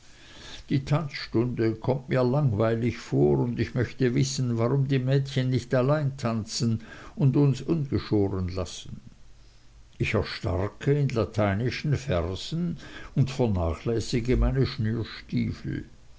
die tanzstunde kommt mir langweilig vor und ich möchte wissen warum die mädchen nicht allein tanzen und uns ungeschoren lassen ich erstarke in lateinischen versen und vernachlässige meine